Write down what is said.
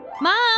Mom